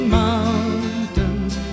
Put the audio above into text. mountains